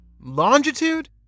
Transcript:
Longitude